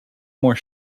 more